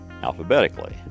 alphabetically